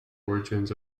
origins